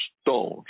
stones